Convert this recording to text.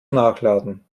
nachladen